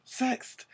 Sext